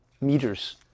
meters